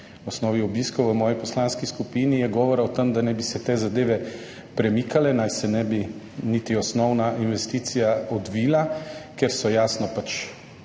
osnovi obiskov v moji poslanski skupini, je govora o tem, da naj bi se te zadeve premikale, naj se ne bi niti osnovna investicija odvila, ker so jasno pač